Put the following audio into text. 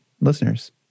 listeners